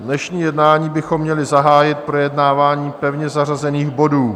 Dnešní jednání bychom měli zahájit projednáváním pevně zařazených bodů.